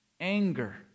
Anger